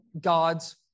God's